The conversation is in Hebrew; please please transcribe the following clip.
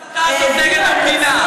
מה זאת ההסתה הזאת נגד המדינה?